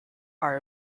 are